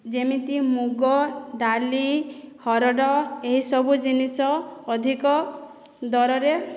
ଯେମିତି ମୁଗଡ଼ାଲି ହରଡ଼ ଏହିସବୁ ଜିନିଷ ଅଧିକ ଦରରେ